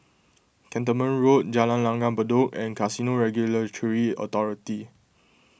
Cantonment Road Jalan Langgar Bedok and Casino Regulatory Authority